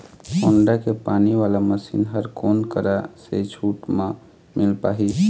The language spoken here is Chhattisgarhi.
होण्डा के पानी वाला मशीन हर कोन करा से छूट म मिल पाही?